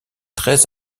très